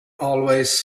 always